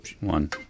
one